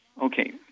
Okay